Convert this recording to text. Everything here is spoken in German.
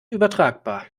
übertragbar